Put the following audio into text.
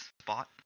spot